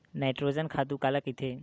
Nitrogen खातु काला कहिथे?